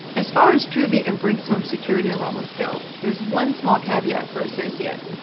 as far as truvvi and brings home security enrollments go, there's one small caveat for associates.